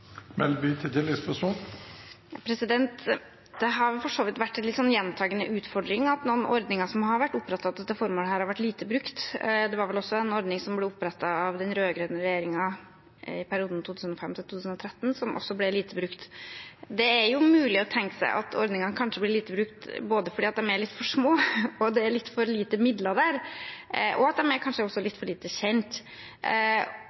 Det har for så vidt vært en litt gjentagende utfordring at ordninger som har vært opprettet til dette formålet, har vært lite brukt. Det var vel også en ordning som ble opprettet av den rød-grønne regjeringen i perioden 2005–2013 som ble lite brukt. Det er jo mulig å tenke seg at ordningene kanskje blir lite brukt både fordi de er litt for små, fordi det er litt for lite midler der, og fordi de er litt for lite kjent. Da synes jeg løsningen med å kutte i denne ordningen ikke framstår som så veldig konstruktiv. Kanskje